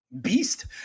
beast